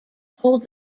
hold